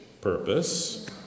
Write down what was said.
purpose